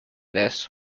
this